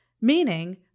meaning